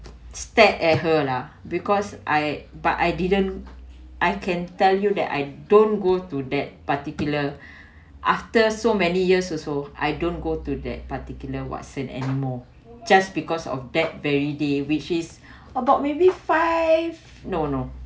stared at her lah because I but I didn't I can tell you that I don't go to that particular after so many years also I don't go to that particular watson anymore just because of that very day which is about maybe five no no